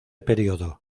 periodo